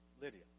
Lydia